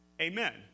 Amen